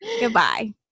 Goodbye